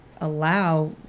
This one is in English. allow